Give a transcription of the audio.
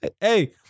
Hey